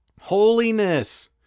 Holiness